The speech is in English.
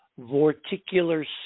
vorticular